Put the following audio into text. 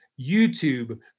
YouTube